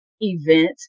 event